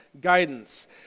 guidance